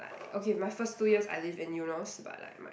like okay my first two years I lived in Eunos but like my